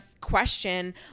question